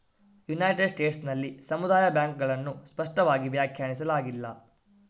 United States ನಲ್ಲಿ ಸಮುದಾಯ ಬ್ಯಾಂಕುಗಳನ್ನು ಸ್ಪಷ್ಟವಾಗಿ ವ್ಯಾಖ್ಯಾನಿಸಲಾಗಿಲ್ಲ